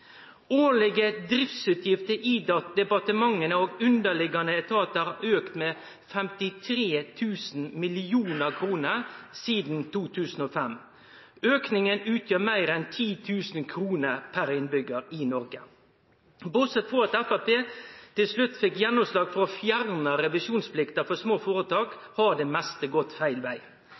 Årlege driftsutgifter i departementa og underliggande etatar har auka med 53 mrd. kr sidan 2005. Auken utgjer meir enn 10 000 kr per innbyggar i Noreg. Bortsett frå at Framstegspartiet til slutt fekk gjennomslag for å fjerne revisjonsplikta for små føretak, har det meste gått feil veg.